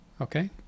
Okay